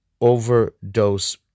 overdose